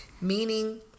Meaning